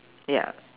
ya